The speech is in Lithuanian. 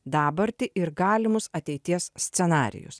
dabartį ir galimus ateities scenarijus